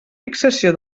fixació